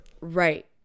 Right